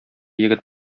егет